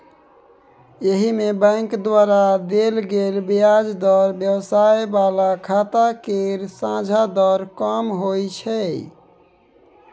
एहिमे बैंक द्वारा देल गेल ब्याज दर व्यवसाय बला खाता केर सोंझा दर कम होइ छै